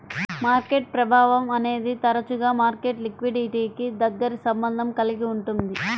market ప్రభావం అనేది తరచుగా మార్కెట్ లిక్విడిటీకి దగ్గరి సంబంధం కలిగి ఉంటుంది